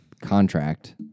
contract